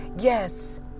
Yes